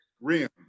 Rim